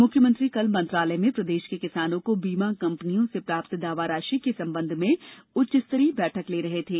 मुख्यमंत्री कल मंत्रालय में प्रदेश के किसानों को बीमा कंपनियों से प्राप्त दावा राशि के संबंध में उच्च स्तरीय बैठक ले रहे थे